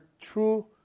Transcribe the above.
true